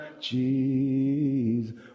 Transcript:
jesus